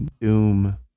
Doom